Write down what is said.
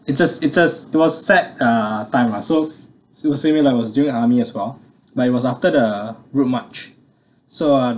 it just it just duo set ah time lah so so same in I was during army as well but it was after the route march so uh